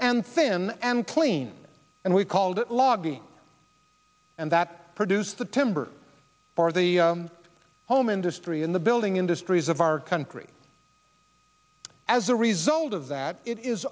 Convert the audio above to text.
and thin and clean and we called it logging and that produced the timber for the home industry in the building industries of our country as a result of that it is